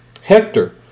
Hector